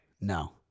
No